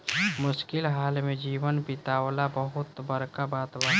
मुश्किल हाल में जीवन बीतावल बहुत बड़का बात बा